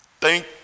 thank